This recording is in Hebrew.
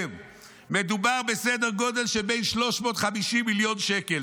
מדובר בסדר גודל של 350 מיליון שקל.